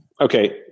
Okay